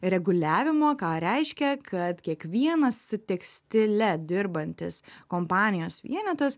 reguliavimo ką reiškia kad kiekvienas tekstile dirbantis kompanijos vienetas